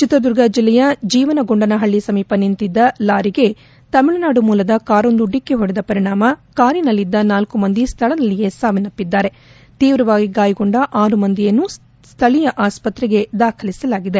ಚಿತ್ರದುರ್ಗ ಜಿಲ್ಲೆಯ ಜೀವನಗೊಂಡನ ಹಳ್ಳ ಸಮೀಪ ನಿಂತಿದ್ದ ಲಾರಿಗೆ ತಮಿಳುನಾಡು ಮೂಲದ ಕಾರೊಂದು ಡಿಕ್ಕಿ ಹೊಡೆದ ಪರಿಣಾಮ ಕಾರಿನಲ್ಲಿದ್ದ ನಾಲ್ಲು ಮಂದಿ ಸ್ಥಳದಲ್ಲಿಯೇ ಸಾವನ್ನಪ್ಪಿದ್ದಾರೆ ತೀವ್ರವಾಗಿ ಗಾಯಗೊಂಡ ಆರು ಮಂದಿಯನ್ನು ಸ್ಥಳೀಯ ಆಸ್ಪತ್ರೆಗೆ ದಾಖಲಿಸಲಾಗಿದೆ